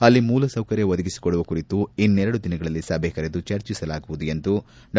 ಅಲ್ಲಿ ಮೂಲಸೌಕರ್ಯ ಒದಗಿಸಿಕೊಡುವ ಕುರಿತು ಇನ್ನೆರಡು ದಿನಗಳಲ್ಲಿ ಸಭೆ ಕರೆದು ಚರ್ಚಿಸಲಾಗುವುದು ಎಂದು ಡಾ